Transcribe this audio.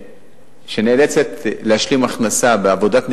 שנאלצת להשלים הכנסה בעבודת ניקיון,